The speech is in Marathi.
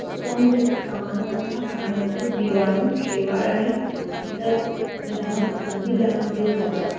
स्पंज सामान्यतः पाण्यातील जिवाणू शेवाळ आणि इतर लहान अगदी लहान जीव खातात